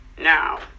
Now